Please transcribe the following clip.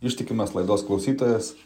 ištikimas laidos klausytojas